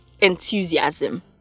enthusiasm